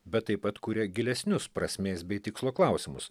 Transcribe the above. bet taip pat kuria gilesnius prasmės bei tikslo klausimus